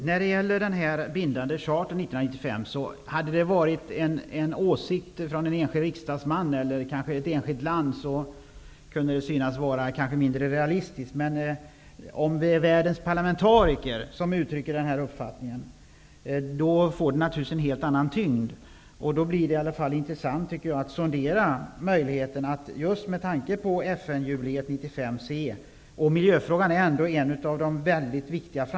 Herr talman! Hade tanken om den bindande chartern 1995 varit en åsikt från en enskild riksdagsman eller ett enskilt land hade den kanske varit mindre realistisk. Men om det är världens parlamentariker som uttrycker den här uppfattning får den naturligtvis en helt annan tyngd. Miljöfrågan är en av de viktigaste framtidsfrågorna, och man bör rimligen använda ett jubileum till att se framåt och inte bakåt.